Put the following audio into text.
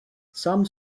some